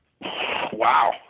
Wow